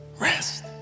rest